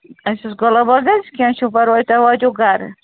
اَچھا گۄلاب باغ حظ کیٚنٛہہ چھُنہٕ پَرواے تۄہہِ واتٮ۪و گرٕ